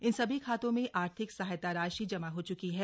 इन सभी खातों में आर्थिक सहायता राशि जमा हो चुकी है